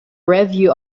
review